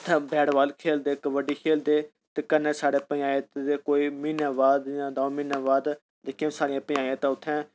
उत्थै bat ball खेढदे कबड्डी खेढदे कन्नै साढ़े पचांयत दे कोई महीने बाद दौं म्हीने बाद जेह्कियां साढ़ियां पचांयत ऐ उत्थै